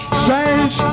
strange